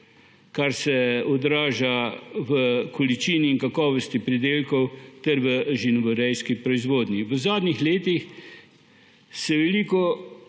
kar se odraža v količini in kakovosti pridelkov ter v živinorejski proizvodnji. V zadnjih letih se veliko